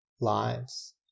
lives